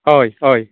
हय हय